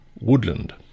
Woodland